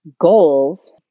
goals